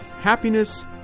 happiness